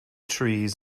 trees